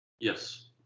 yes